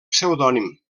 pseudònim